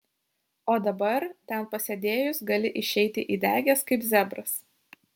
o dabar ten pasėdėjus gali išeiti įdegęs kaip zebras